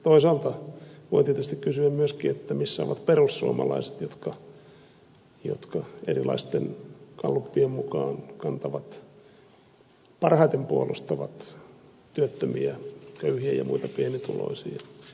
toisaalta voi tietysti kysyä myöskin missä ovat perussuomalaiset jotka erilaisten gallupien mukaan parhaiten puolustavat työttömiä köyhiä ja muita pienituloisia